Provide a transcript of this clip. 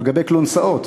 על גבי כלונסאות.